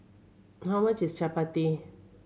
how much is Chapati